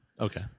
Okay